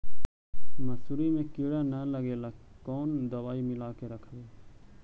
मसुरी मे किड़ा न लगे ल कोन दवाई मिला के रखबई?